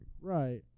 Right